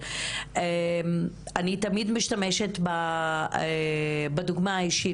ואני תמיד משתמשת בדוגמה האישית,